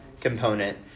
component